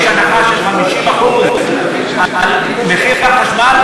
יש הנחה של 50% על מחיר החשמל,